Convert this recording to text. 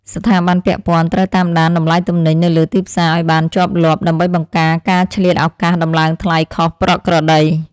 ស្ថាប័នពាក់ព័ន្ធត្រូវតាមដានតម្លៃទំនិញនៅលើទីផ្សារឱ្យបានជាប់លាប់ ដើម្បីបង្ការការឆ្លៀតឱកាសដំឡើងថ្លៃខុសប្រក្រតី។